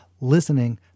Listening